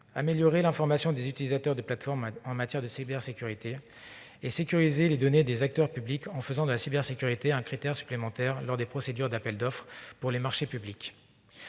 améliorer l'information des utilisateurs de plateformes en matière de cybersécurité et sécuriser les données des acteurs publics, en faisant de la cybersécurité un critère supplémentaire lors des procédures d'appels d'offres pour les marchés publics.